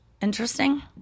interesting